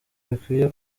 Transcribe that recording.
bikwiye